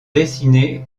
dessinés